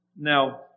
Now